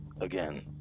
again